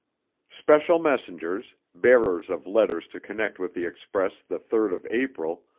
special messengers, bearers of letters to connect with the express the third of april,